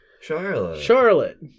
Charlotte